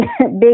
big